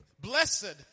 Blessed